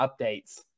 updates